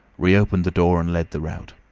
reopened the door and led the rout.